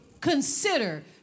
consider